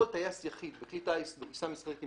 יכול טייס יחיד בכלי טיס בטיסה מסחרית עם